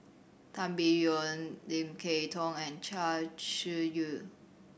Tan Biyun Lim Kay Tong and Chia Shi Lu